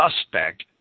suspect